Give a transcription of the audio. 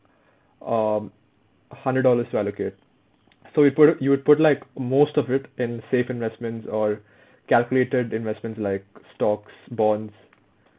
um hundred dollars to allocate so we put it you would put like most of it in safe investments or calculated investments like stocks bonds